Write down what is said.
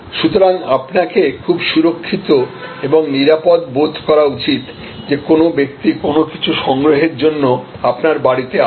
সুতরাং আপনাকে খুব সুরক্ষিত এবং নিরাপদ বোধ করা উচিত যে কোনও ব্যক্তি কোনও কিছু সংগ্রহের জন্য আপনার বাড়িতে আসছে